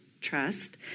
trust